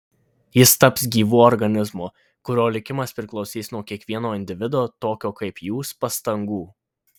jis taps gyvu organizmu kurio likimas priklausys nuo kiekvieno individo tokio kaip jūs pastangų